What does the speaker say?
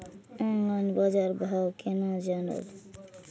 Online बाजार भाव केना जानब?